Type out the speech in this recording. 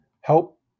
help